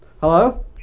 Hello